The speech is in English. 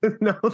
No